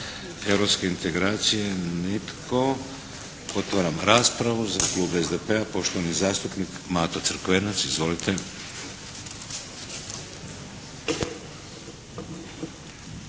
europske integracije? Nitko. Otvaram raspravu. Za klub SDP-a, poštovani zastupnik Mato Crkvenac. Izvolite.